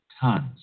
tons